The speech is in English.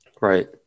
Right